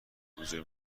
حضور